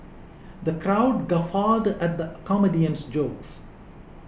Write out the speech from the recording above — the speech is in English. the crowd guffawed at comedian's jokes